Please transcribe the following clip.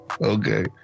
Okay